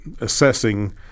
assessing